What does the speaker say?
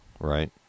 right